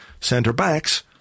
centre-backs